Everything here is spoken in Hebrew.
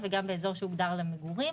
וגם באזור שהוגדר למגורים,